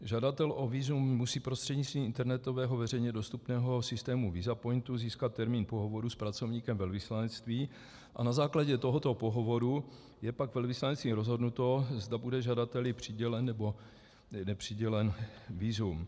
Žadatel o vízum musí prostřednictvím internetového veřejně dostupného systému Visapointu získat termín pohovoru s pracovníkem velvyslanectví a na základě tohoto pohovoru je pak velvyslanectvím rozhodnuto, zda bude žadateli přiděleno, nebo nepřiděleno vízum.